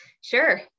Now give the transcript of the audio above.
Sure